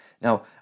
Now